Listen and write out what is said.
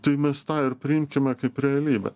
tai mes tą ir priimkime kaip realybę